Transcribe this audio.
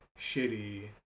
shitty